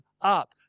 up